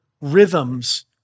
rhythms